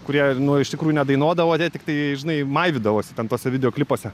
kurie nu iš tikrųjų nedainuodavo tiktai žinai maivydavosi ten tuose videoklipuose